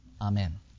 Amen